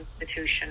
institution